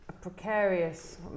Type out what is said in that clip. precarious